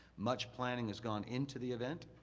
much planning has gone into the event,